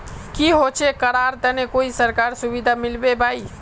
की होचे करार तने कोई सरकारी सुविधा मिलबे बाई?